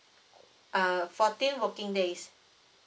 uh fourteen working days